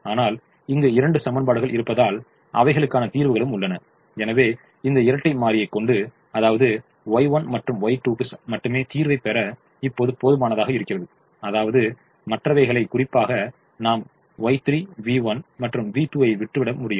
ஆனால் இங்கு இரண்டு சமன்பாடுகள் இருப்பதால் அவைகளுக்கான தீர்வுகளும் உள்ளன எனவே இந்த இரட்டையை மாறியை கொண்டு அதாவது Y1 மற்றும் Y2 க்கு மட்டுமே தீர்வை பெற இப்போது போதுமானதாக இருக்கிறது அதாவது மற்றவைகளை குறிப்பாக நாம் Y3 v 1 மற்றும் v2 ஐ விட்டுவிட முடியும்